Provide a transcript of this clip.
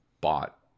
bought